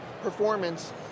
performance